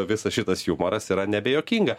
visas šitas jumoras yra nebejuokinga